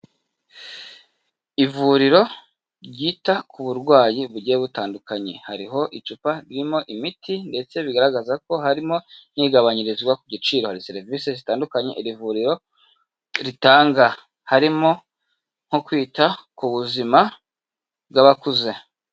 Ivuriro ryita ku burwayi bugiye butandukanye hariho icupa ririmo imiti ndetse bigaragaza ko harimo n'igabanyirizwa ku giciro, hari serivisi zitandukanye iri vuriro ritanga, harimo nko kwita ku buzima bw'abakuze.